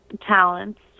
talents